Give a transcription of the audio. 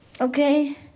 Okay